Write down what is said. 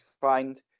find